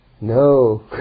No